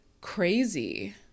crazy